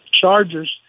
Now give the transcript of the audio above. Chargers